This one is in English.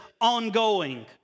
ongoing